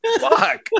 Fuck